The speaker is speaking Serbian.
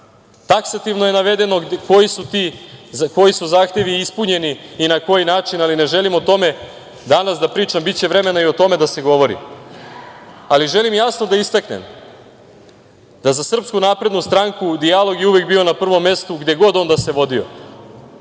pređu. Taksativno je navedeno koji su zahtevi ispunjeni i na koji način, ali ne želim o tome danas da pričam, biće vremena i o tome da se govori. Želim jasno da istaknem da za SNS dijalog je uvek bio na prvom mestu, gde god on da se vodio.